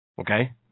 Okay